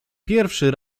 pierwszy